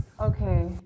Okay